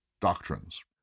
doctrines